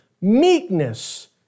meekness